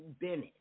Bennett